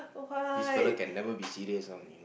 this fellow can never be serious [one] you